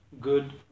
good